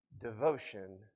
devotion